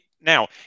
Now